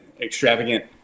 extravagant